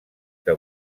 que